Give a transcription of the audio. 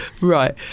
Right